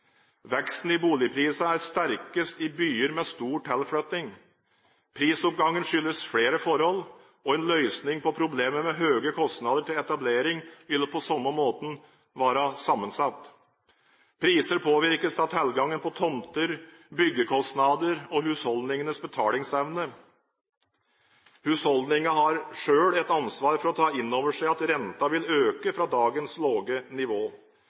Veksten i boligprisene er sterkest i byer med stor tilflytting. Prisoppgangen skyldes flere forhold, og en løsning på problemet med høye kostnader til etablering vil på samme måte være sammensatt. Priser påvirkes av tilgangen på tomter, byggekostnader og husholdningenes betalingsevne. Husholdningene har selv et ansvar for å ta inn over seg at renten vil øke fra dagens lave nivå.